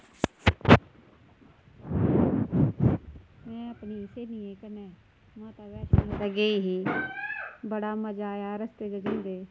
में अपनी स्हेलियें कन्नै माता वैश्णो दै गेई ही बड़ा मजा आया रस्ते च जंदे